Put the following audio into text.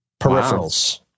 peripherals